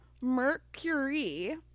Mercury